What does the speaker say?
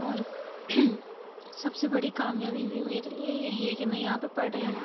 اور سب سے بڑی کامیابی بھی میرے لیے یہی ہے کہ میں یہاں پہ پڑھ رہی ہوں